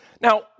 Now